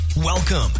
Welcome